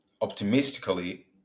optimistically